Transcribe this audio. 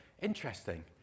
interesting